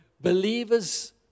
believers